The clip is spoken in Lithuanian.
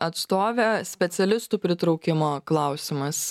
atstovė specialistų pritraukimo klausimas